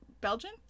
Belgian